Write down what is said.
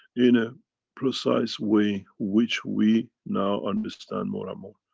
in a precise way which we now understand more and more.